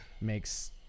makes